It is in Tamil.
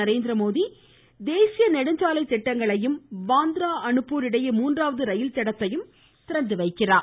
நரேந்திரமோடி தேசிய நெடுஞ்சாலைத் திட்டங்களையும் பாந்த்ரா அனுப்பூர் இடையே மூன்றாவது ரயில் தடத்தையும் திறந்து வைக்கிறார்